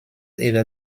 ever